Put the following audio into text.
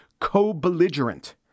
co-belligerent